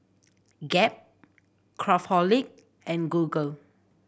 Gap Craftholic and Google